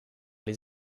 les